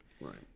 right